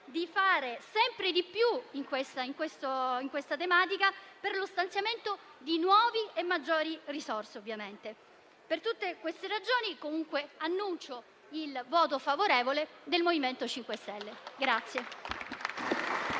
a fare sempre di più su questa tematica, per lo stanziamento di nuove e maggiori risorse. Per tutte queste ragioni, annuncio il voto favorevole del Gruppo MoVimento 5 Stelle.